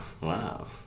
Wow